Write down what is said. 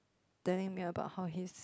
telling me about how his